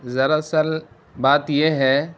در اصل بات یہ ہے